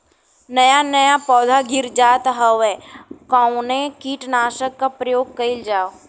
नया नया पौधा गिर जात हव कवने कीट नाशक क प्रयोग कइल जाव?